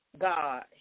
god